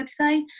website